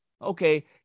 Okay